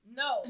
no